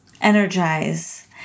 energize